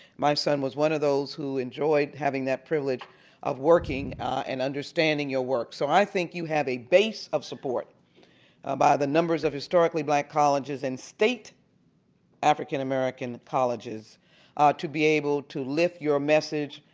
my son was one of those who enjoyed having that privilege of working and understanding your work. so i think you have a base of support by the numbers of historically black colleges and state african-american colleges to be able to lift your message,